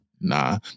Nah